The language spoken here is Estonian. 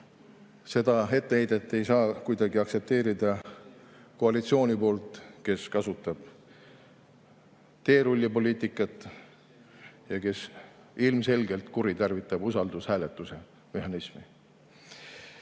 seda etteheidet ei saa kuidagi aktsepteerida koalitsioonilt, kes kasutab teerullipoliitikat ja kes ilmselgelt kuritarvitab usaldushääletuse mehhanismi. Kui